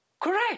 Correct